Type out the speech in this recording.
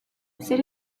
zer